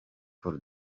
for